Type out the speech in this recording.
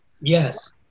Yes